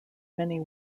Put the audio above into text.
many